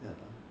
ya lah